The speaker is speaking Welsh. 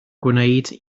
gwneud